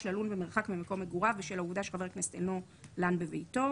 ללון במרחק ממקום מגוריו בשל העובדה שחבר כנסת אינו לן בביתו,